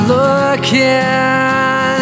looking